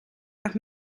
nach